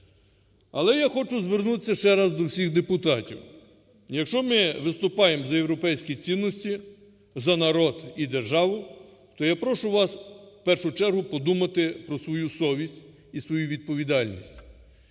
Але я хочу звернутися ще раз до всіх депутатів. Якщо ми виступаємо за європейські цінності, за народ і державу, то я прошу вас в першу чергу подумати про свою совість і свою відповідальність.